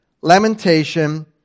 lamentation